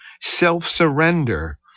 self-surrender